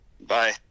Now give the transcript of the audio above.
Bye